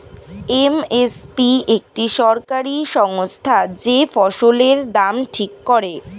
M S P একটি সরকারি সংস্থা যে ফসলের দাম ঠিক করে